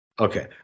Okay